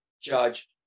judge